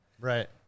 right